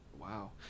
Wow